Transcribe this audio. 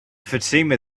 fatima